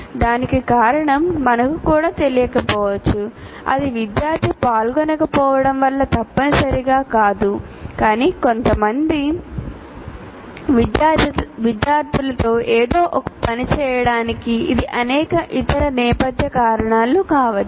దానికి కారణాలు మనకు కూడా తెలియకపోవచ్చు అది విద్యార్థి పాల్గొనకపోవడం వల్ల తప్పనిసరిగా కాదు కానీ కొంతమంది విద్యార్థులతో ఏదో పని చేయకపోవడానికి ఇది అనేక ఇతర నేపథ్య కారణాలు కావచ్చు